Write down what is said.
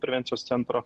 prevencijos centro